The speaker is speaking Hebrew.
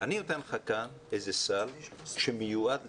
ייתן לו איזה סל שמיועד לכך,